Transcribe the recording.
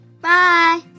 Bye